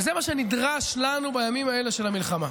וזה מה שנדרש לנו בימים האלה של המלחמה.